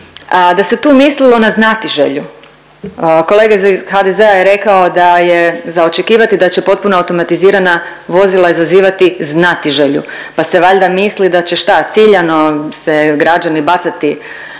da se tu mislilo na znatiželju. Kolega iz HDZ-a je rekao da je za očekivati da će potpuno automatizirana vozila izazivati znatiželju, pa se valjda misli da će, šta, ciljano se građani bacati